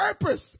purpose